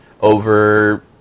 over